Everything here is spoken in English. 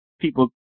people